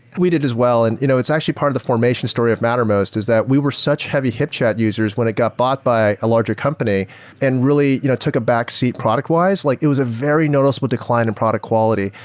we did as well, and you know it's actually part of the formation story of mattermost, is that we were such heavy hipchat users when it got bought by a larger company and really you know took a backseat product-wise. like it was a very noticeable decline in product quality.